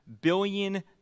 billion